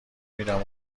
میدم